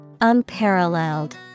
Unparalleled